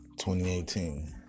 2018